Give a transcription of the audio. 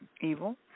evil